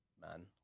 man